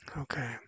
Okay